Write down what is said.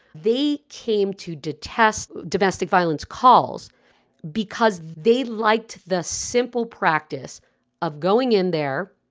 they came to detest domestic violence calls because they liked the simple practice of going in there,